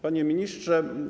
Panie Ministrze!